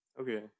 Okay